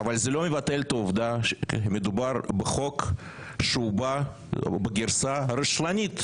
אבל זה לא מבטל את העובדה שמדובר בחוק שבא בגרסה רשלנית.